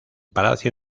palacio